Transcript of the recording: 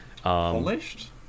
Polished